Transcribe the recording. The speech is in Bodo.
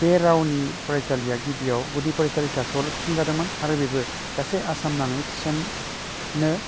बे रावनि फरायसालिया गिबियाव गुदि फरायसालि थाखोआवल' थिसनजादोंमोन आरो बेबो गासै आसामनाङै थिसननो